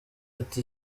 ati